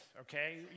okay